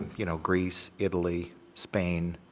you know, greece, italy, spain,